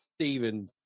Stephen